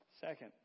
Second